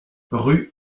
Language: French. rue